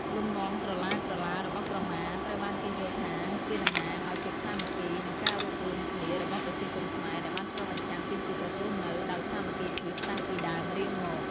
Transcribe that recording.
លំនាំក្រឡាៗរបស់ក្រមាត្រូវបានគេយល់ថាជាតំណាងឱ្យភាពសាមគ្គី និងការរួបរួមគ្នារបស់ប្រជាជនខ្មែរ ដែលបានឆ្លុះបញ្ចាំងពីជីវិតរស់នៅដោយសាមគ្គីភាពតាំងពីដើមរៀងមក។